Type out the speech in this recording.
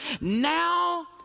Now